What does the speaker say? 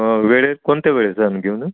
वेळेेत कोणत्या वेळेतन आम्ही घेऊन येऊ